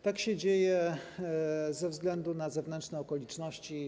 Tak się dzieje ze względu na zewnętrzne okoliczności.